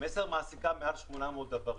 מסר מעסיקה מעל 800 דוורים.